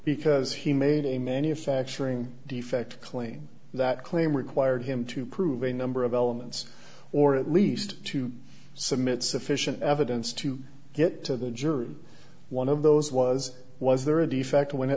because he made a manufacturing defect claim that claim required him to prove a number of elements or at least to submit sufficient evidence to get to the jury one of those was was there a defect when i